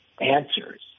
answers